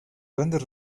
grandes